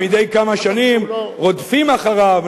שמדי כמה שנים רודפים אחריו,